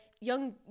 young